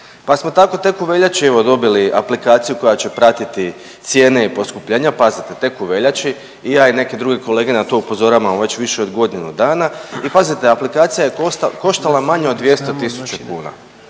pa smo tako tek u veljači evo dobili aplikaciju koja će pratiti cijene i poskupljenja, pazite tek u veljači, i ja i neki drugi kolege na to upozoravamo već više od godinu dana i pazite aplikacija je koštala manje od 200 tisuća